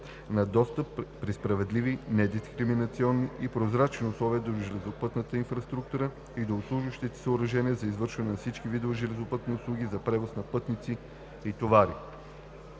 на достъп при справедливи, недискриминационни и прозрачни условия до железопътната инфраструктура и до обслужващите съоръжения за извършване на всички видове железопътни услуги за превоз на пътници и товари.